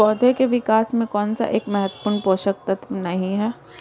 पौधों के विकास में कौन सा एक महत्वपूर्ण पोषक तत्व नहीं है?